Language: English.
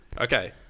Okay